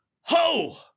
Ho